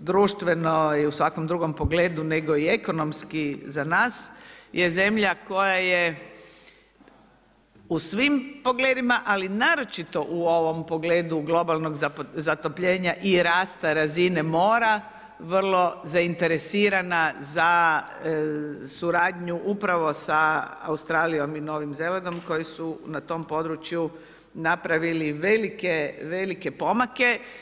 društveno i u svakom drugom pogledu, nego i ekonomski za nas, je zemlja u svim pogledima, ali naročito u ovom problemu globalnog zatopljenja i rasta razine mora, vrlo zainteresirana za suradnju upravo sa Australijom i Novim Zelandom, koji su na tom području napravili velike pomake.